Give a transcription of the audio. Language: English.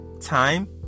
time